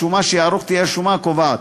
והשומה שיערוך תהיה השומה הקובעת.